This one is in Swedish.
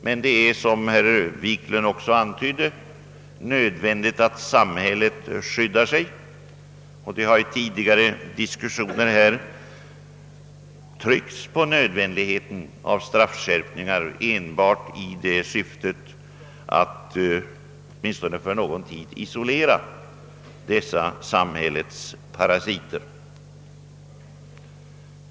Men det är, som herr Wiklund i Stockholm också antydde, nödvändigt att samhället skyddar sig; i tidigare diskussioner här har det ju tryckts på nödvändigheten av straffskärpningar enbart i syfte att åtminstone för någon tid isolera dessa samhällets parasiter.